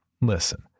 Listen